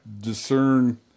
discern